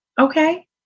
Okay